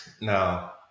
Now